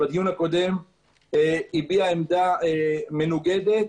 בדיון הקודם הביע עמדה מנוגדת,